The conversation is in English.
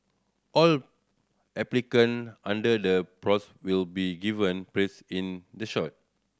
all applicant under the will be given place in the